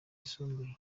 yisumbuye